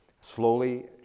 slowly